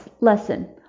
lesson